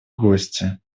гости